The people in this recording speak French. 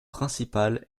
principal